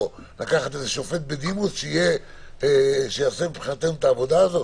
או לקחת שופט בדימוס שיעשה מבחינתנו את העבודה הזאת.